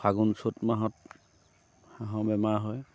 ফাগুন চ'ত মাহত হাঁহৰ বেমাৰ হয়